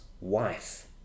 wife